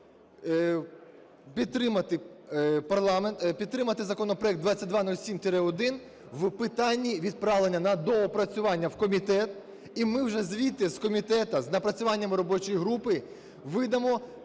підтримати законопроект 2207-1 в питанні відправлення на доопрацювання в комітет, і ми вже звідти, з комітету, з напрацюваннями робочої групи видамо